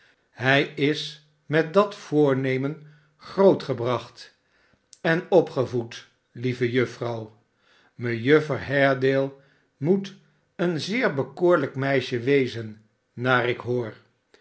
hij is met dat voornemen grootgebracht en opgevoed lieve juffrouw mejuffer haredale moet een zeer bekoorlijk meisje wezen naar ik hoor